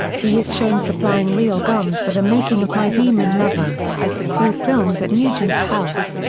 he is shown supplying real guns for the making of my demon lover, as the crew films at nugent's house.